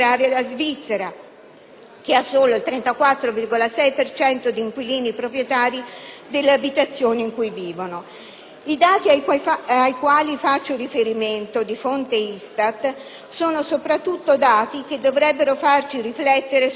che ha solo il 34,6 per cento di inquilini proprietari delle abitazioni in cui vivono. I dati ai quali faccio riferimento - di fonte ISTAT - sono soprattutto dati che dovrebbero farci riflettere sul sistema Italia,